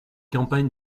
campagnes